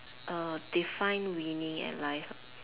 uh define winning at life